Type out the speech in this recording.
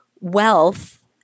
wealth